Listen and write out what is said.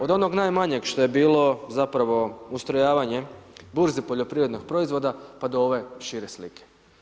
Od onog najmanjeg što je bilo zapravo ustrojavanje burze poljoprivrednog proizvoda pa do ove šire slike.